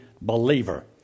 believer